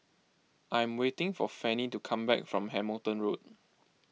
I am waiting for Fannie to come back from Hamilton Road